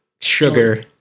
sugar